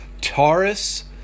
Taurus